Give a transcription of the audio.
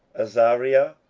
azariah,